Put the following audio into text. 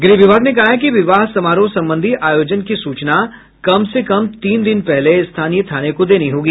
गृह विभाग ने कहा है कि विवाह समारोह संबंधी आयोजन की सूचना कम से कम तीन दिन पहले स्थानीय थाने को देनी होगी